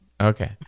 Okay